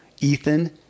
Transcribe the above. Ethan